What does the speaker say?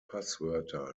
passwörter